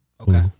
Okay